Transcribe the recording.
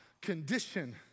condition